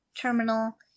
terminal